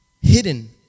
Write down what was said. hidden